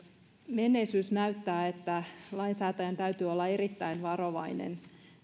menneisyys näyttää että lainsäätäjän täytyy olla erittäin varovainen